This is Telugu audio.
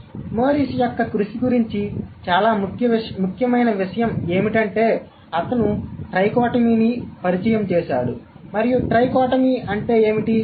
కానీ మోరిస్ యొక్క కృషి గురించి చాలా ముఖ్యమైన విషయం ఏమిటంటే అతను ట్రైకోటమీని పరిచయం చేశాడు మరియు ట్రైకోటమీ అంటే ఏమిటి